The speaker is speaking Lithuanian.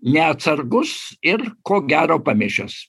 neatsargus ir ko gero pamišęs